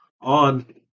on